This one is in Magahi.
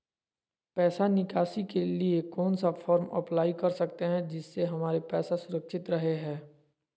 पैसा निकासी के लिए कौन सा फॉर्म अप्लाई कर सकते हैं जिससे हमारे पैसा सुरक्षित रहे हैं?